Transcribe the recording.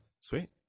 sweet